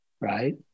right